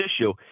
issue